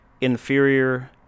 inferior